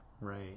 Right